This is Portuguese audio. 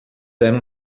eram